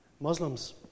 Muslims